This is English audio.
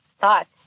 thoughts